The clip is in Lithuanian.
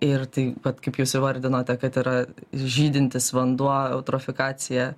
ir tai vat kaip jūs įvardinote kad yra žydintis vanduo eutrofikacija